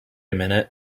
minute